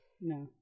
no